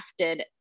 crafted